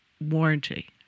warranty